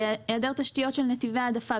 היא היעדר תשתיות של נתיבי העדפה.